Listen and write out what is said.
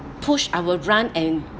push I will run and